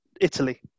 Italy